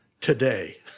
today